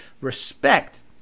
respect